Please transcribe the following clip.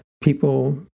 people